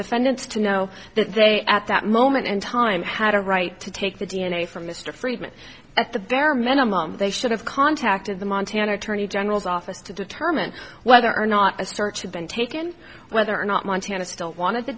defendants to know that they at that moment in time had a right to take the d n a from mr friedman at the bare minimum they should have contacted the montana attorney general's office to determine whether or not a search had been taken whether or not montana still wanted the